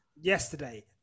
yesterday